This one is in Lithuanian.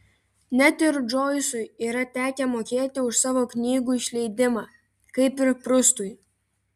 net ir džoisui yra tekę mokėti už savo knygų išleidimą kaip ir prustui